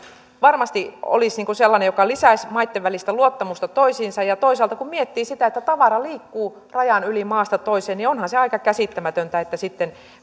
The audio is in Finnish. varmasti olisi sellainen joka lisäisi maitten välistä luottamusta toisiinsa ja toisaalta kun miettii sitä että tavara liikkuu rajan yli maasta toiseen niin onhan se aika käsittämätöntä että sitten